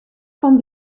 fan